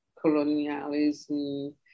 colonialism